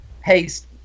paste